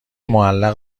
معلق